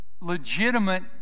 legitimate